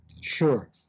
Sure